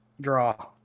Draw